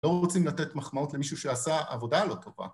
‫לא רוצים לתת מחמאות ‫למישהו שעשה עבודה לא טובה.